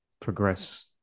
progress